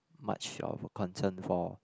much of concern for